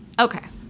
Okay